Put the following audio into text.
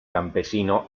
campesino